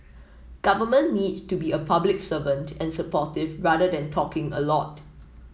government needs to be a public servant and supportive rather than talking a lot